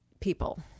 people